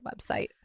website